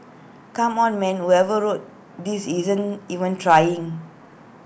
come on man whoever wrote this isn't even trying